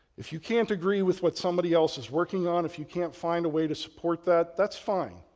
if you can't agree with what somebody else is working on, if you can't find a way to support that, that's fine,